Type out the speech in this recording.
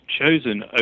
chosen